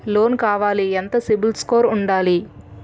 Loan కావాలి ఎంత CIBIL score ఉండాలి?